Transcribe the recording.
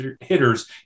hitters